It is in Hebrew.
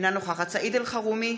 אינה נוכחת סעיד אלחרומי,